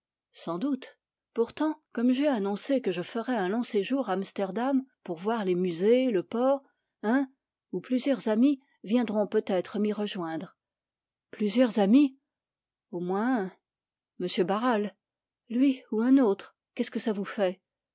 sans doute pourtant comme je ferai un long séjour à amsterdam un ou plusieurs amis viendront peut-être m'y rejoindre plusieurs amis au moins un barral lui ou un autre qu'est-ce que ça vous fait